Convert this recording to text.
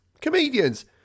comedians